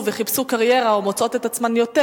וחיפשו קריירה ומוצאת את עצמן יותר,